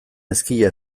ezkila